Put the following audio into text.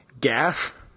Gaff